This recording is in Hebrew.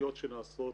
הפעילויות שנעשות